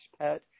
pet